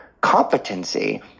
competency